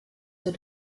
der